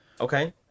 Okay